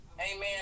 amen